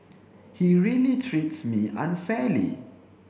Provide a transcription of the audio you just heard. he really treats me unfairly